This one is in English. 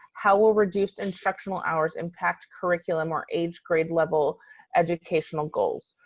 how will reduced instructional hours impact curriculum or age grade level educational goals?